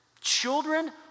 children